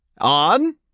On